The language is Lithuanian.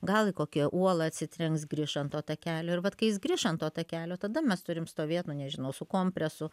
gal į kokią uolą atsitrenks grįš ant to takelio ir vat kai jis grįš ant to takelio tada mes turim stovėt nu nežinau su kompresu